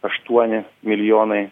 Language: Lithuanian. aštuoni milijonai